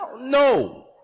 no